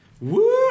Woo